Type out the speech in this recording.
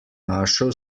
našel